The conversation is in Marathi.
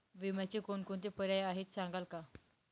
विम्याचे कोणकोणते पर्याय आहेत सांगाल का?